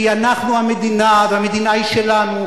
כי אנחנו המדינה, והמדינה היא שלנו,